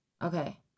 Okay